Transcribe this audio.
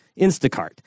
Instacart